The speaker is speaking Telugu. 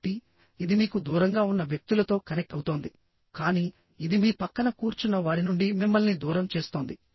కాబట్టి ఇది మీకు దూరంగా ఉన్న వ్యక్తులతో కనెక్ట్ అవుతోంది కానీ ఇది మీ పక్కన కూర్చున్న వారి నుండి మిమ్మల్ని దూరం చేస్తోంది